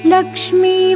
Lakshmi